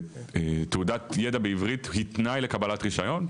שתעודת ידע בעברית היא תנאי לקבלת רישיון,